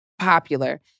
popular